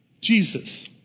Jesus